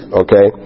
okay